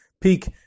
peak